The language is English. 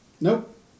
Nope